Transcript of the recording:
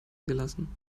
gelassen